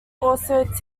also